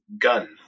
Gun